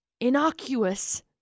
innocuous